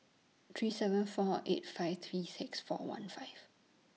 three seven four eight five three six four one five